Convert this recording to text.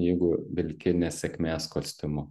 jeigu vilki nesėkmės kostiumu